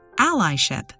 Allyship